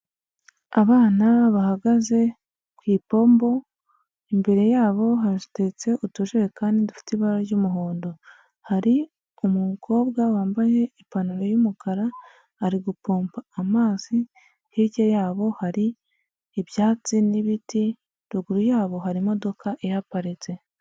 Abana bahagaze ku ipombo imbere yabo hateretse utujerekani dufite ibara ry'umuhondo, hari umukobwa wambaye ipantaro y'umukara ari gupompa amazi, hirya yabo hari ibyatsi n'ibiti ruguru yabo hari imodoka ihaparitse.